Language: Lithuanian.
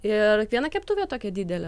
ir viena keptuvė tokia didelė